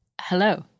hello